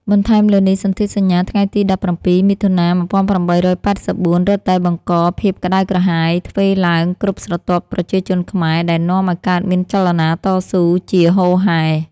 បន្ថែមលើនេះសន្ធិសញ្ញាថ្ងៃទី១៧ មិថុនា ១៨៨៤ រឹតតែបង្កភាពក្តៅក្រហាយទ្វេឡើងគ្រប់ស្រទាប់ប្រជាជនខ្មែរ ដែលនាំឱ្យកើតមានចលនាតស៊ូជាហូរហែ។